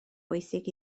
bwysig